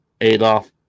Adolf